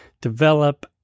develop